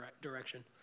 direction